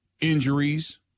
injuries